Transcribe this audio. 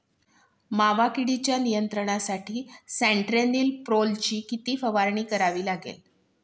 मावा किडीच्या नियंत्रणासाठी स्यान्ट्रेनिलीप्रोलची किती फवारणी करावी लागेल?